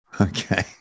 Okay